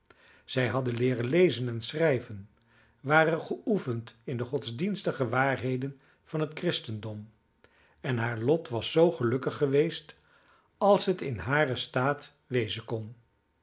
zij hadden leeren lezen en schrijven waren geoefend in de godsdienstige waarheden van het christendom en haar lot was zoo gelukkig geweest als het in haren staat wezen kon